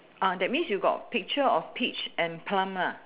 uh that means you got picture of peach and plum lah